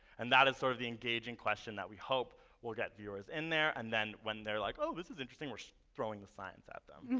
and that is sort of the engaging question that we hope will get viewers in there and then, when they're like, oh, this is interesting we're throwing the science at them.